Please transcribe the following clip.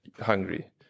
hungry